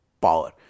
power